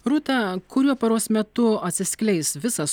rūta kuriuo paros metu atsiskleis visas